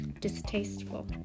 distasteful